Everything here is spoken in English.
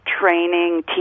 training